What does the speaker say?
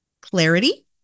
clarity